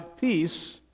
peace